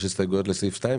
יש הסתייגויות לסעיף 2?